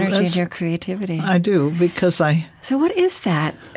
your creativity i do, because i, so what is that?